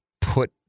put